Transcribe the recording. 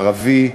הערבי,